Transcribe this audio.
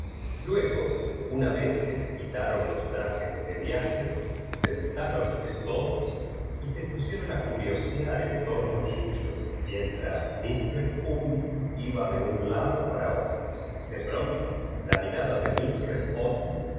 luego una vez que se quitaron los tra jes de viaje sentáronse todos y se pusieron a curiosear en tomo sayo mientras mistres umney iba de un lado para otro de pronto la mirada de mistreafi otis